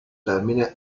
termine